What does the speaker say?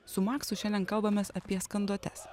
su maksu šiandien kalbamės apie skanduotes